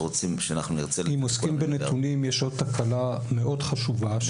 אם עוסקים בנתונים, יש עוד תקלה מאוד חשובה.